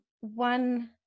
one